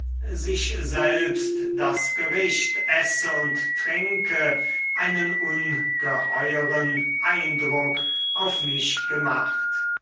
sich selbst das gericht esse und trinke einen ungeheueren eindruck auf mich gemacht